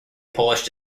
polish